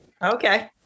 Okay